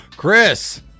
Chris